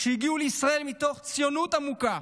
שהגיעו לישראל מתוך ציונות עמוקה.